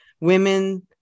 women